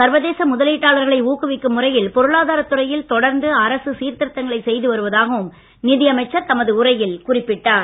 சர்வதேச முதலீட்டாளர்களை ஊக்குவிக்கும் முறையில் பொருளாதார துறையில் தொடர்ந்து அரசு சீர்த்திருத்தங்களை செய்து வருவதாகவும் நிதியமைச்சர் தமது உரையில் குறிப்பிட்டார்